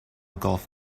golf